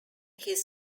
his